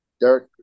Derek